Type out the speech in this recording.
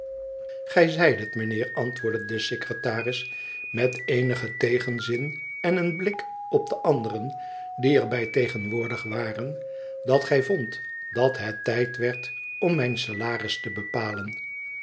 i gijzeidet mijnheer antwoordde de secretaris met eenigen tegenzin en een blik op de anderen die er bij tegenwoordig waren dat gi vondt dat het tijd werd om mijn salaris te bepalen